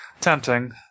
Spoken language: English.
tempting